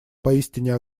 поистине